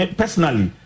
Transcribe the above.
personally